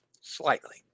slightly